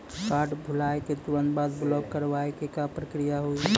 Card भुलाए के तुरंत बाद ब्लॉक करवाए के का प्रक्रिया हुई?